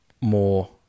more